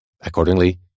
Accordingly